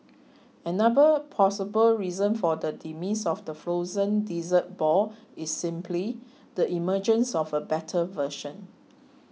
another plausible reason for the demise of the frozen dessert ball is simply the emergence of a better version